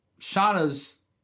Shauna's